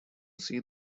see